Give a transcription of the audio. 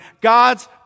God's